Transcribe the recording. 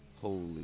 holy